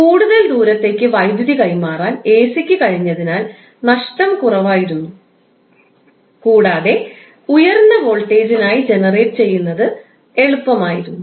കൂടുതൽ ദൂരത്തേക്ക് വൈദ്യുതി കൈമാറാൻ എസിക്ക് കഴിഞ്ഞതിനാൽ നഷ്ടം കുറവായിരുന്നു കൂടാതെ ഉയർന്ന വോൾട്ടേജിനായി ജനറേറ്റ് ചെയ്യുന്നത് എളുപ്പമായിരുന്നു